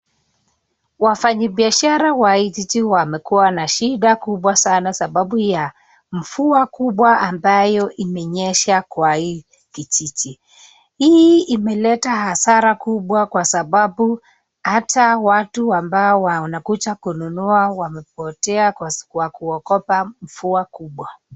Wafanyibiashara wa hii jiji wamekuwa na shida kubwa sana sababu ya mvua kubwa ambayo imenyesha kwa hii kijiji. Hii imeleta hasara kubwa kwa sababu hata watu ambao wanakuja kununua wamepotea kwa kuogopa mvua kubwa.